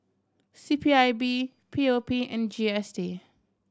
C P I B P O P and G S T